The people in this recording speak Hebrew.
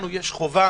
לנו יש חובה